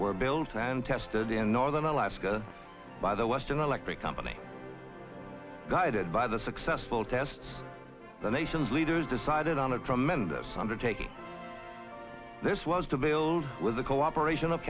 were built and tested in northern alaska by the western electric company guided by the successful test the nation's leaders decided on a tremendous undertaking this was to build with the cooperation of